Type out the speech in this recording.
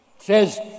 says